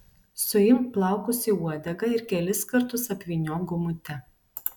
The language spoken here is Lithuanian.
suimk plaukus į uodegą ir kelis kartus apvyniok gumute